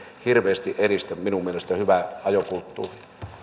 hirveästi edistä minun mielestäni hyvää ajokulttuuria